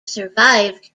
survived